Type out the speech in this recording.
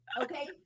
Okay